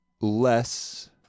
less